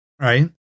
right